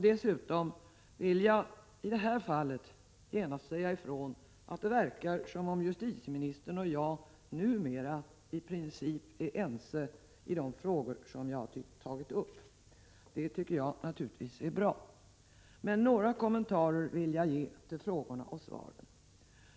Dessutom vill jag i detta fall genast säga, att det verkar som om justitieministern och jag numera i princip är ense i de frågor som jag tagit upp, och det tycker jag naturligtvis är bra. Jag vill ändå göra några kommentarer till frågorna och svaren.